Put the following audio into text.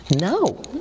No